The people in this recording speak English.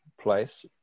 place